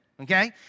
okay